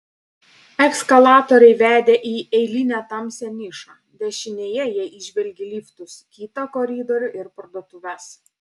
eskalatoriai vedė į eilinę tamsią nišą dešinėje jie įžvelgė liftus kitą koridorių ir parduotuves